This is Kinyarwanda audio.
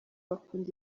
bakunda